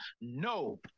No